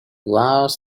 was